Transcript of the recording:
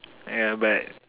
yeah but